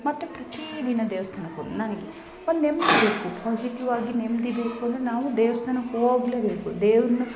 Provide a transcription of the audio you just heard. ಮತ್ತು ಪ್ರತೀ ದಿನ ದೇವಸ್ಥಾನಕ್ ಹೋಗೋದು ನನಗೆ ಒಂದು ನೆಮ್ಮದಿ ಬೇಕು ಪಾಸಿಟಿವ್ ಆಗಿ ನೆಮ್ಮದಿ ಬೇಕು ಅಂದರೆ ನಾವು ದೇವಸ್ಥಾನಕ್ ಹೋಗ್ಲೇಬೇಕು ದೇವ್ರನ್ನು